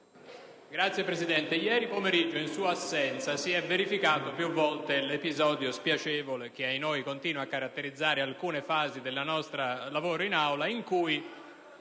Signor Presidente, ieri pomeriggio, in sua assenza, si è verificato più volte un episodio spiacevole che - ahinoi! - continua a caratterizzare alcune fasi del nostro lavoro in Aula, quando